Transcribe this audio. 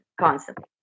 constantly